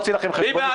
הוציא לכם חשבונית,